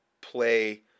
play